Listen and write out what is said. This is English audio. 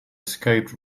escaped